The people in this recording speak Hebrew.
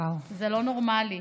זה לא נורמלי,